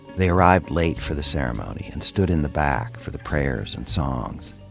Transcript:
they arrived late for the ceremony and stood in the back for the prayers and songs.